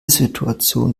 situation